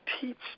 teach